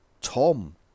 Tom